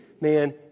man